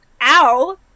Ow